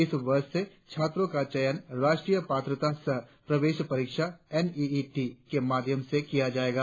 इस वर्ष से छात्रों का चयन राष्ट्रीय पात्रता सह प्रवेश परीक्षा एन ई ई टी के माध्यम से किया जाएगा